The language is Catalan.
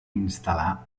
instal·lar